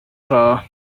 for